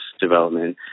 development